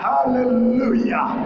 Hallelujah